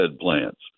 plants